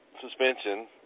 suspension